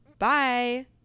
Bye